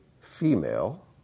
female